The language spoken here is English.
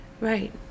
Right